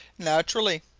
naturally!